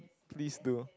please do